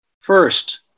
First